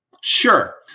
Sure